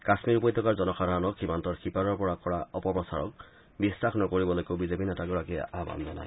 কাম্মীৰ উপত্যকাৰ জনসাধাৰণক সীমান্তৰ সিপাৰৰ পৰা কৰা অপ্ৰচাৰক বিখ্বাস নকৰিবলৈকো বিজেপি নেতাগৰাকীয়ে আহান জনায়